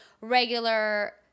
regular